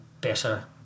better